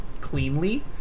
cleanly